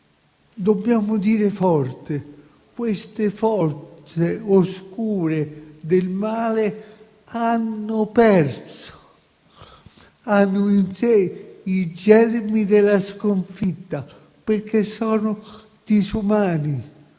dobbiamo dire forte che queste forze oscure del male hanno perso e hanno in sé i germi della sconfitta, perché sono disumane,